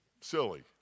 silly